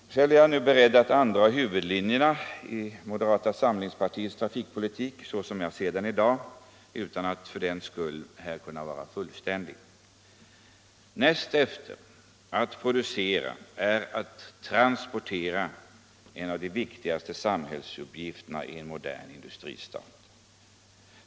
Själv är jag beredd att andraga huvudlinjerna i moderata samlingspartiets trafikpolitik, såsom jag ser dem i dag, utan att för den skull här kunna vara fullständig. Näst efter att producera är att transportera en av de viktigaste samhällsuppgifterna i en modern industristat.